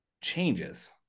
changes